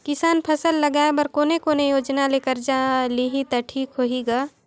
किसान फसल लगाय बर कोने कोने योजना ले कर्जा लिही त ठीक होही ग?